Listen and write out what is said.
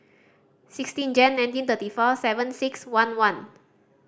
sixteen Jane nineteen thirty four seven six one one